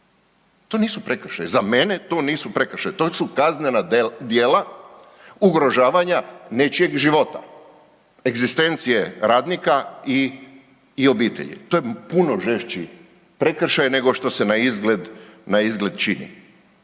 to nisu prekršaji, za mene to nisu prekršaji. To su kaznena djela ugrožavanja nečijeg života, egzistencije radnika i obitelji. To je puno žešći prekršaj nego što se na izgled čini